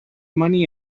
money